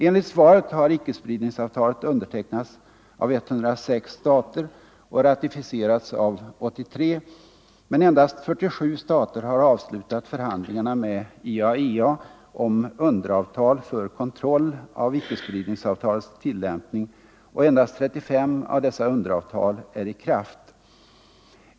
Enligt svaret har icke-spridningsavtalet undertecknats av 106 stater och ratificerats av 83, men endast 47 stater har avslutat förhandlingarna med IAEA om underavtal för kontroll av icke-spridningsavtalets tillämpning, och endast 35 av dessa underavtal är i kraft.